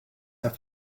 have